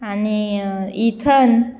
आनी इथन